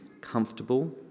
comfortable